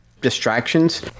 distractions